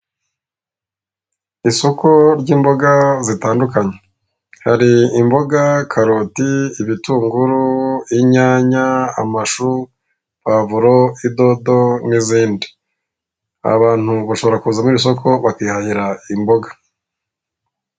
Isoko ry'imboga zitandukanye, hari imboga karoti, ibitunguru, inyanya, amashu, pavuro, idodo n'izindi. Abantu bashobora kuzamo iri isoko bakihahira imboga.